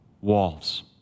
Walls